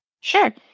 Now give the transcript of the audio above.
Sure